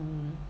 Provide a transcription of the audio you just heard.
mm